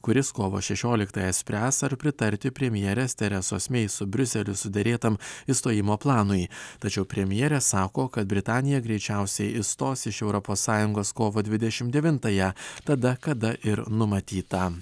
kuris kovo šešioliktąją spręs ar pritarti premjerės teresos mei su briuseliu suderėtam išstojimo planui tačiau premjerė sako kad britanija greičiausiai išstos iš europos sąjungos kovo dvidešimt devintąją tada kada ir numatyta